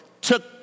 took